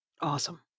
Awesome